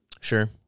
Sure